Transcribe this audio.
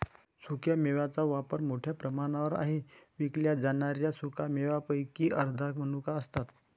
सुक्या मेव्यांचा वापर मोठ्या प्रमाणावर आहे विकल्या जाणाऱ्या सुका मेव्यांपैकी अर्ध्या मनुका असतात